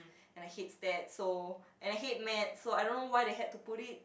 and I hate stats so and I hate maths so I don't know why they had to put it